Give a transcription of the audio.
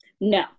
No